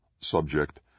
Subject